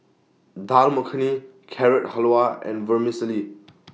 Dal Makhani Carrot Halwa and Vermicelli